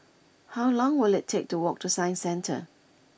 how long will it take to walk to Science Centre